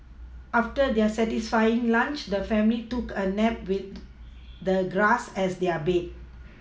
after their satisfying lunch the family took a nap with the grass as their bed